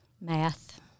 Math